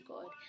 God